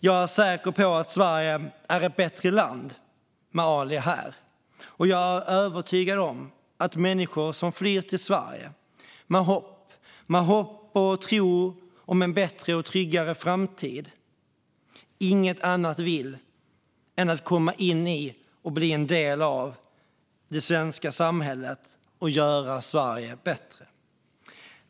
Jag är säker på att Sverige är ett bättre land med Ali här, och jag är övertygad om att människor som flyr till Sverige, med hopp och tro om en bättre och tryggare framtid inget annat vill än att komma in i och bli en del av det svenska samhället och göra Sverige bättre.